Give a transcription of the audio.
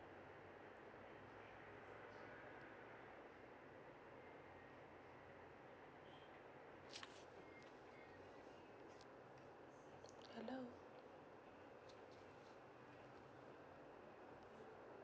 hello